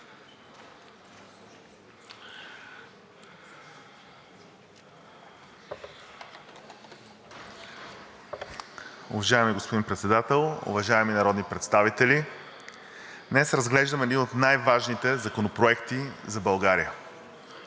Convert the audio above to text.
Уважаеми господин Председател, уважаеми народни представители! Днес разглеждаме едни от най-важните законопроекти за България